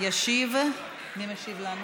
ישיב לנו